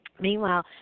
Meanwhile